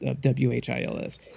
W-H-I-L-S